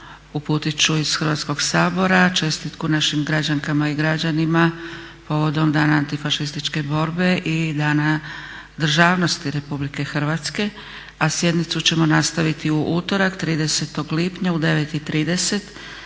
uputit ću iz Hrvatskog sabora čestitku našim građankama i građanima povodom Dana antifašističke borbe i Dana državnosti RH. A sjednicu ćemo nastaviti u utorak 30.lipnja u 9,30